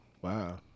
Wow